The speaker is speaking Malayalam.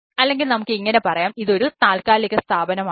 അല്ലെങ്കിൽ നമുക്ക് ഇങ്ങനെ പറയാം ഇത് ഒരു താൽക്കാലിക സ്ഥാപനമാണെന്ന്